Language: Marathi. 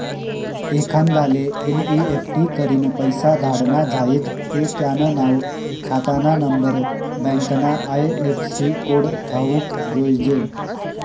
एखांदाले एन.ई.एफ.टी करीन पैसा धाडना झायेत ते त्यानं नाव, खातानानंबर, बँकना आय.एफ.सी कोड ठावूक जोयजे